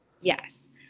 Yes